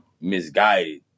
misguided